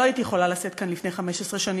לא הייתי יכולה לשאת כאן לפני 15 שנים,